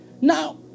Now